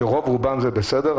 שרוב רובם זה בסדר,